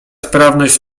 sprawność